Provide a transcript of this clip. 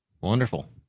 Wonderful